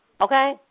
okay